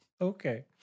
okay